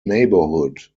neighborhood